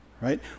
right